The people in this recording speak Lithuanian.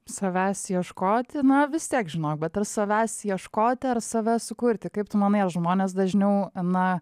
savęs ieškoti na vis tiek žinok bet ar savęs ieškoti ar save sukurti kaip tu manai žmonės dažniau na